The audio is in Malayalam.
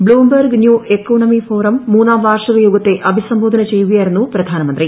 ബ്ലൂംബർഗ് ന്യൂ എക്കണോമി ഫോറം മൂന്നാം വാർഷിക യോഗത്തെ അഭിസംബോധന ചെയ്യുകയായിരുന്നു ന പ്രധാനമന്ത്രി